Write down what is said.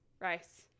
rice